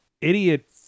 idiot